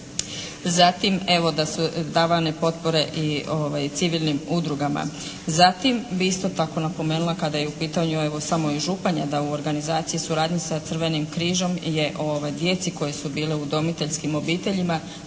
zatim evo da su davane potpore i civilnim udrugama. Zatim bi isto tako napomenula kada je u pitanju evo samo i Županja da u organizaciji, suradnji sa Crvenim križom je djeci koje su bile u udomiteljskim obiteljima